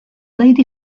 lady